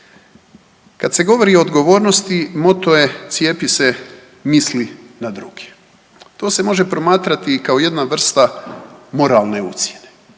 Kad se govori o odgovornosti moto je „Cijepi se misli na druge“, to se može promatrati kao jedna vrsta moralne ucjene.